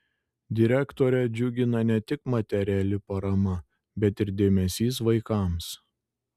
direktorę džiugina ne tik materiali parama bet ir dėmesys vaikams